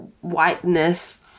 whiteness